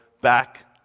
back